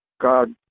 god